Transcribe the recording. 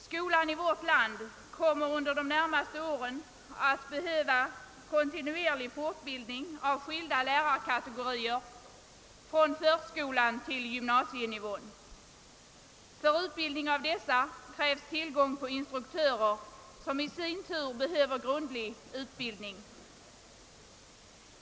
Skolan i vårt land kommer under de närmaste åren att behöva kontinuerlig påfyllning av skilda lärarkrafter, från förskolan till gymnasienivån. För utbildning av dessa krävs tillgång till instruktörer som i sin tur behöver grundliga kunskaper.